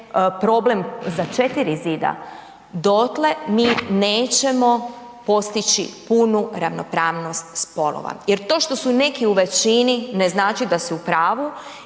problem za 4 zida, dotle mi nećemo postići punu ravnopravnost spolova. Jer to što su neki u većini ne znači da su u pravu